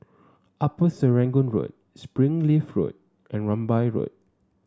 Upper Serangoon Road Springleaf Road and Rambai Road